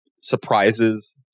Surprises